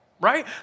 right